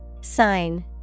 Sign